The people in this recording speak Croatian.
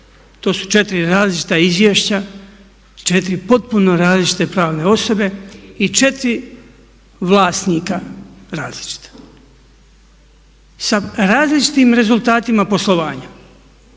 To su 4 različita izvješća, 4 potpuno različite pravne osobe i 4 vlasnika različita sa različitim rezultatima poslovanja